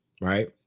right